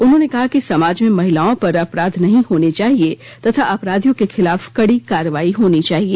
उन्होंने कहा कि समाज में महिलाओं पर अपराध नहीं होने चाहिए तथा अपराधियों के खिलाफ कडी कार्रवाई होनी चाहिए